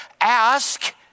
Ask